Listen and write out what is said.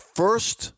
first